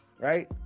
right